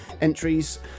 entries